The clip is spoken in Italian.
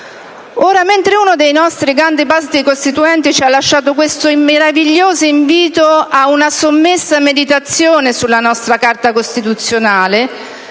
Ora, mentre uno dei nostri grandi Padri costituenti ci ha lasciato questo meraviglioso invito a una sommessa meditazione sulla nostra Carta costituzionale,